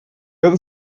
other